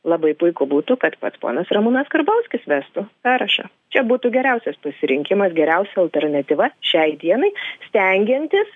labai puiku būtų kad pats ponas ramūnas karbauskis vestų sąrašą čia būtų geriausias pasirinkimas geriausia alternatyva šiai dienai stengiantis